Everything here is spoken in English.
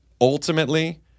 ultimately